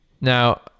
Now